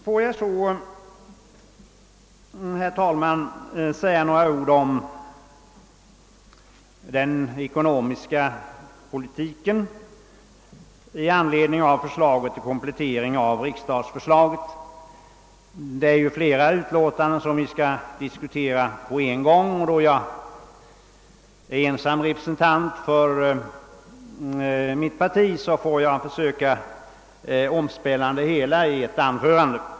Får jag så, herr talman, säga några ord om den ekonomiska politiken i anledning av förslaget till komplettering av riksstatsförslaget. Vi diskuterar nu flera utlåtanden samtidigt och eftersom jag är den ende representanten som talar för mitt parti får jag försöka beröra det hela i ett anförande.